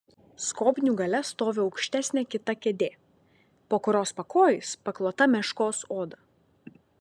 skobnių gale stovi aukštesnė kita kėdė po kurios pakojais paklota meškos oda